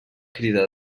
crida